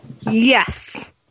Yes